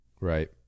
Right